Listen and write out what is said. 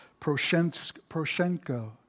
Proshenko